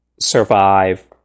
survive